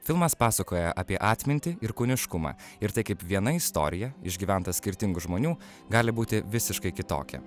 filmas pasakoja apie atmintį ir kūniškumą ir tai kaip viena istorija išgyventa skirtingų žmonių gali būti visiškai kitokia